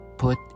Put